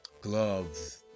gloves